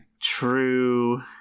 True